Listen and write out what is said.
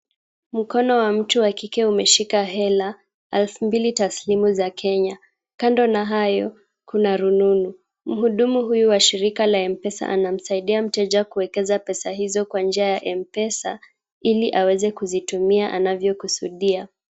Mkono wa mtu wa kike umeshika hela elfu mbili taslimu za Kenya, kando na hayo kuna rununu, mhudumu huyu wa shirika la Mpesa anamsaidia mteja kuekeza pesa hizo kwa njia ya Mpesa, ili aweze kuzitumia anavyokusudia.